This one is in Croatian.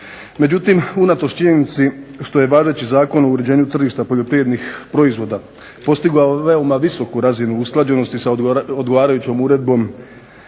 Međutim, unatoč činjenici što je važeći Zakon o uređenju tržišta poljoprivrednih proizvoda postigao veoma visoku razinu usklađenosti sa odgovarajućom uredbom